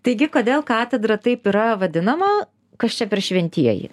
taigi kodėl katedra taip yra vadinama kas čia per šventieji